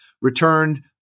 returned